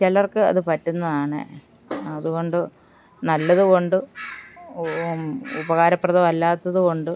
ചിലർക്ക് അത് പറ്റുന്നതാണ് അതുകൊണ്ട് നല്ലതും ഉണ്ട് ഉപകാരപ്രദം അല്ലാത്തത് ഉണ്ട്